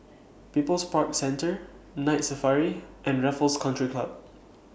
People's Park Centre Night Safari and Raffles Country Club